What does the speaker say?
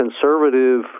conservative